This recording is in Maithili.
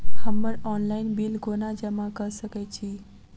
हम्मर ऑनलाइन बिल कोना जमा कऽ सकय छी?